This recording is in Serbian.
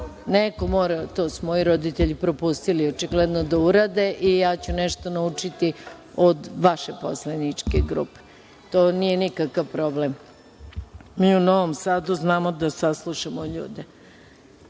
Neko mora? To su moji roditelji propustili očigledno da urade i ja ću nešto naučiti od vaše poslaničke grupe. To nije nikakav problem. Mi u Novom Sadu znamo da saslušamo ljude